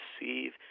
receive